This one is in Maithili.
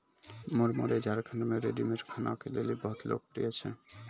मुरमुरे झारखंड मे रेडीमेड खाना के लेली बहुत लोकप्रिय छै